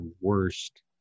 worst